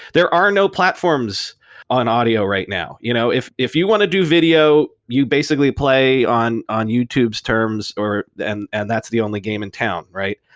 there are no platforms on audio right now. you know if if you want to do video, you basically play on on youtube's terms and and that's the only game in town, right?